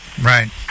right